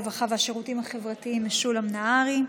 הרווחה והשירותים החברתיים משולם נהרי.